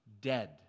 dead